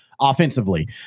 offensively